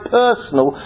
personal